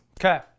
Okay